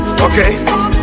Okay